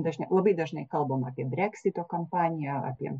dažnia labai dažnai kalbama apie breksito kampaniją apie